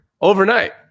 Overnight